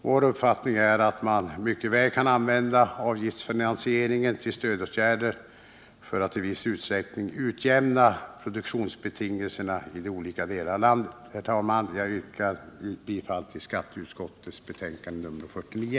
Vår uppfattning är att man mycket väl kan använda avgiftsfinansieringen till stödåtgärder för att i viss utsträckning utjämna produktionsbetingelserna i olika delar av landet. Herr talman! Jag ber att få yrka bifall till skatteutskottets hemställan i betänkande nr 49.